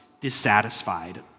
dissatisfied